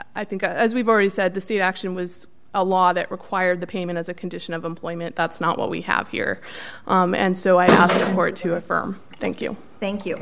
i think as we've already said the state action was a law that required the payment as a condition of employment that's not what we have here and so i report to affirm thank you thank you